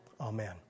amen